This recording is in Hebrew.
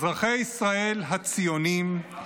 אזרחי ישראל הציונים,